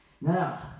Now